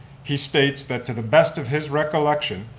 he states that to the best of his recollection,